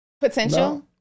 potential